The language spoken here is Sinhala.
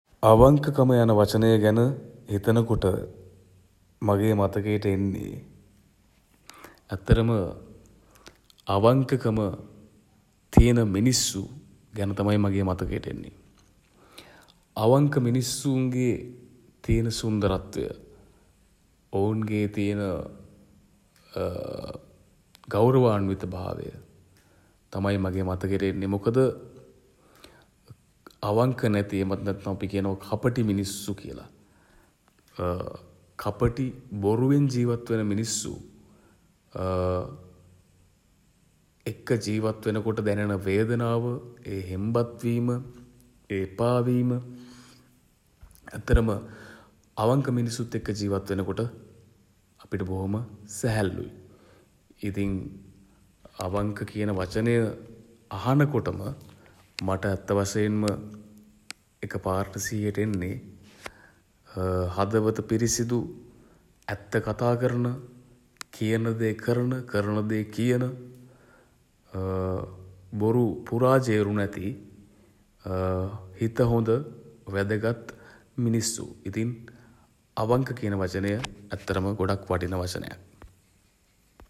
අවංකකම යන වචනය ගැන හිතන කොට මගේ මතකයට එන්නේ ඇත්තටම අවංකකම තියෙන මිනිස්සු ගැන තමයි මගේ මතකයට එන්නේ. අවංක මිනිස්සුන්ගේ තියෙන සුන්දරත්වය ඔවුන්ගේ තියෙන ගෞරවාන්විතභාවය තමයි මගේ මතකයට එන්නේ. මොකද අවංක නැති එහෙමත් නැත්නම් අපි කියනවා කපටි මිනිස්සු කියල කපටි බොරුවෙන් ජීවත් වෙන මිනිස්සු එක්ක ජීවත් වෙන කොට දැනෙන වේදනාව ඒ හෙම්බත් වීම ඒ එපා වීම ඇත්තටම අවංක මිනිස්සුත් එක්ක ජීවත් වෙනකොට අපිට බොහොම සැහැල්ලුයි. ඉතින් අවංක කියන වචනය අහනකොටම මට ඇත්ත වශයෙන්ම එක පාරට සිහියට එන්නේ හදවත පිරිසිදු ඇත්ත කතා කරන කියන දේ කරන කරන දේ කියන බොරු පුරාජේරු නැති හිත හොඳ වැදගත් මිනිස්සු. ඉතින් අවංක කියන වචනය ඇත්තටම ගොඩක් වටින වචනයක්.